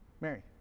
Mary